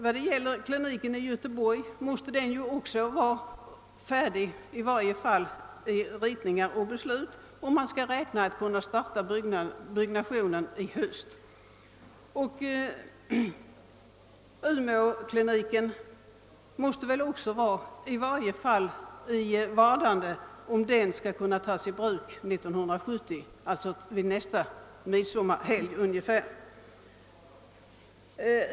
Också för kliniken i Göteborg måste i varje fall ritningar och beslut vara klara, om byggnationen skall kunna startas i höst. Umeåkliniken måste dessutom i varje fall vara i vardande om den skall kunna tas i bruk ungefär vid midsommarhelgen nästa år.